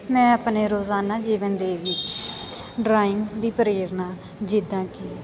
ਮੈਂ ਆਪਣੇ ਰੋਜ਼ਾਨਾ ਜੀਵਨ ਦੇ ਵਿੱਚ ਡਰਾਇੰਗ ਦੀ ਪ੍ਰੇਰਨਾ ਜਿੱਦਾਂ ਕਿ